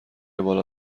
بالا